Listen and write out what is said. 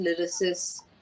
lyricists